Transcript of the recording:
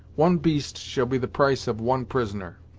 one beast shall be the price of one prisoner.